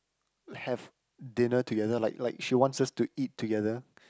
have dinner together like like she wants us to eat together